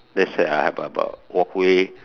let's have a walkway